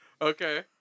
Okay